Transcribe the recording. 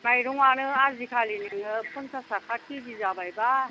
माइरंआनो आजिखालि नोङो पनसास थाखा केजि जाबायबा